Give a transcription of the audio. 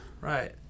right